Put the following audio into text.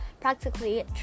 practically